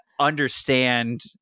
understand